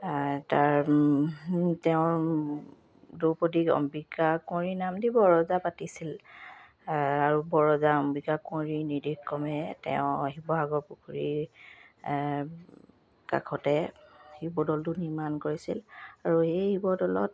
তাৰ তেওঁৰ দুপদীক অম্বিকাকুঁৱৰী নাম দি বৰৰজা পাতিছিল আৰু বৰৰজা অম্বিকাকুঁৱৰী নিৰ্দেশক্ৰমে তেওঁ শিৱসাগৰ পুখুৰীৰ কাষতে শিৱদৌলটো নিৰ্মাণ কৰিছিল আৰু এই শিৱদৌলত